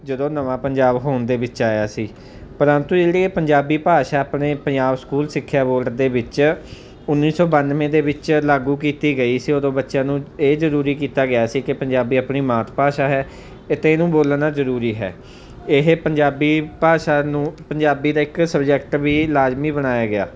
ਜਦੋਂ ਨਵਾਂ ਪੰਜਾਬ ਹੋਂਦ ਦੇ ਵਿੱਚ ਆਇਆ ਸੀ ਪਰੰਤੂ ਜਿਹੜੀ ਇਹ ਪੰਜਾਬੀ ਭਾਸ਼ਾ ਆਪਣੇ ਪੰਜਾਬ ਸਕੂਲ ਸਿੱਖਿਆ ਬੋਰਡ ਦੇ ਵਿੱਚ ਉੱਨੀ ਸੌ ਬਾਨਵੇਂ ਦੇ ਵਿੱਚ ਲਾਗੂ ਕੀਤੀ ਗਈ ਸੀ ਉਦੋਂ ਬੱਚਿਆਂ ਨੂੰ ਇਹ ਜ਼ਰੂਰੀ ਕੀਤਾ ਗਿਆ ਸੀ ਕਿ ਪੰਜਾਬੀ ਆਪਣੀ ਮਾਤ ਭਾਸ਼ਾ ਹੈ ਅਤੇ ਇਹਨੂੰ ਬੋਲਣਾ ਜ਼ਰੂਰੀ ਹੈ ਇਹ ਪੰਜਾਬੀ ਭਾਸ਼ਾ ਨੂੰ ਪੰਜਾਬੀ ਦਾ ਇੱਕ ਸਬਜੈਕਟ ਵੀ ਲਾਜ਼ਮੀ ਬਣਾਇਆ ਗਿਆ